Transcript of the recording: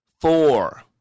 Four